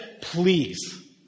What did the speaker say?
please